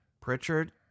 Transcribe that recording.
Pritchard